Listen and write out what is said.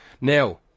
Now